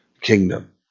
kingdom